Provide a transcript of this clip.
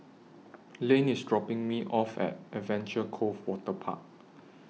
Lane IS dropping Me off At Adventure Cove Waterpark